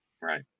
right